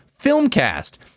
filmcast